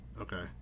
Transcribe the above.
Okay